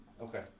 Okay